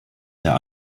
der